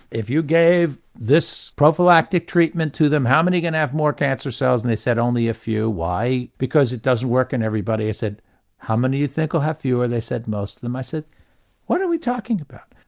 if you gave this prophylactic treatment to them, how many are going to have more cancer cells? and they said only a few. why? because it doesn't work in everybody. i said how many do you think will have fewer? they said most of them. i said what are we talking about?